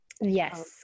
Yes